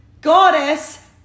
goddess